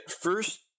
First